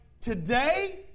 today